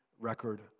record